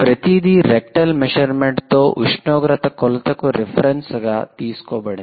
ప్రతిదీ rectal measurement తో ఉష్ణోగ్రత కొలతకు రిఫరెన్స్ గా తీసుకోబడింది